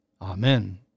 Amen